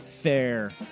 fair